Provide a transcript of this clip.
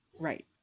right